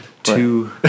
Two